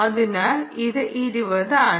അതിനാൽ ഇത് 20 ആണ്